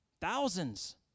Thousands